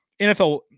NFL